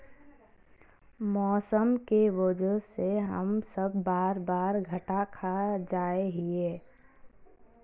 मौसम के वजह से हम सब बार बार घटा खा जाए हीये?